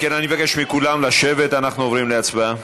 אם כן, אני מבקש מכולם לשבת, אנחנו עוברים להצבעה.